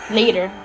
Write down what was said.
later